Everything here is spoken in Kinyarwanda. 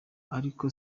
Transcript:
ariko